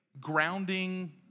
grounding